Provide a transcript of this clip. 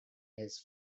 his